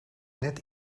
net